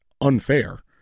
unfair